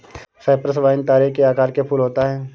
Cyprus vine तारे के आकार के फूल होता है